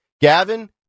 Gavin